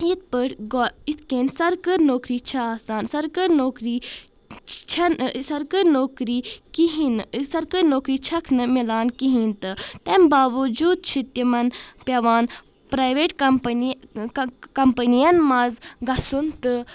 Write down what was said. یتھ پٲٹھۍ گور یِتھ کٔنۍ سرکٲرۍ نوکٔری چھےٚ آسان سرکٲرۍ نوکٔری چھنہٕ سرکٲرۍ نوکٔری کہیٖنۍ نہٕ سرکٲرۍ نوکٔری چھکھ نہٕ مِلان کہیٖنۍ تہٕ تمہِ باوجوٗد چھِ تِمن پٮ۪وان پرایویٹ کمپنی کمپنی یَن منٛز گژھُن تہٕ